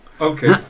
Okay